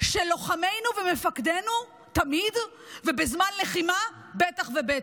של לוחמינו ומפקדינו תמיד, ובזמן לחימה בטח ובטח.